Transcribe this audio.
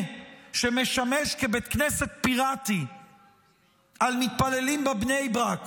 שמשמש כבית כנסת פיראטי על מתפללים בבני ברק